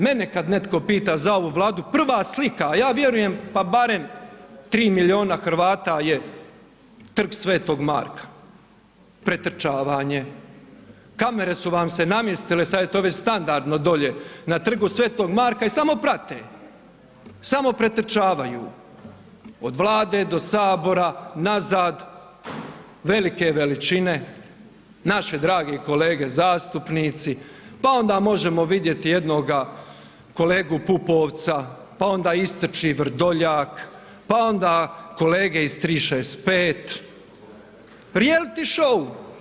Mene kad netko pita za ovu Vladu, prva slika, ja vjerujem pa barem 3 milijuna Hrvata je Trg Sv. Marka, pretrčavanje, kamere su vam se namjestile, sad je to već standardno dolje, na Trgu Sv. Marka i samo prate, samo pretrčavaju od Vlade do Sabora, nazad, velike veličine, naši dragi kolege zastupnici pa onda možemo vidjeti jednoga kolegu Pupovca pa onda istrči Vrdoljak pa onda kolege iz 365, reality show.